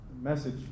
message